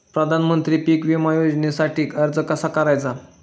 प्रधानमंत्री पीक विमा योजनेसाठी अर्ज कसा करायचा?